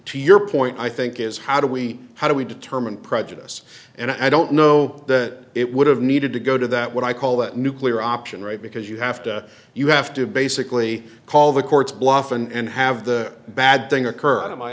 to your point i think is how do we how do we determine prejudice and i don't know that it would have needed to go to that what i call that nuclear option right because you have to you have to basically call the court's bluff and have the bad thing occur